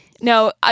No